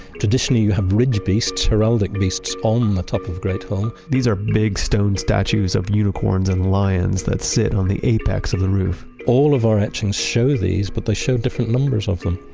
traditionally, you have ridge beasts, heraldic beasts on the top of great hall these are big, stone statues of unicorns and lions that sit on the apex of the roof all of our etchings show these, but they show different numbers of them.